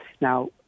Now